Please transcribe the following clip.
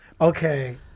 Okay